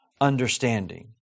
understanding